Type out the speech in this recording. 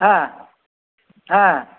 ஆ ஆ